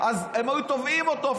הם היו תובעים אותו.